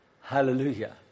Hallelujah